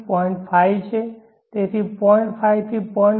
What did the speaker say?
5 થી 0